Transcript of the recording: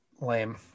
lame